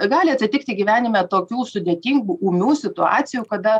gali atsitikti gyvenime tokių sudėtingų ūmių situacijų kada